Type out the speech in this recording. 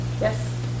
Yes